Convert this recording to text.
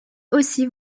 aussi